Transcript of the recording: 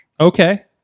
Okay